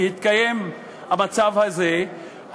בהתקיים המצב הזה,